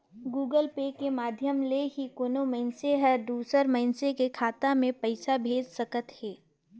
Google Pay के माधियम ले ही कोनो मइनसे हर दूसर मइनसे के खाता में पइसा भेज सकत हें